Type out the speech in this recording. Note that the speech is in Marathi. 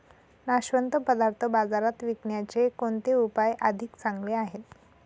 नाशवंत पदार्थ बाजारात विकण्याचे कोणते उपाय अधिक चांगले आहेत?